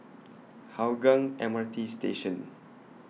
Hougang M R T Station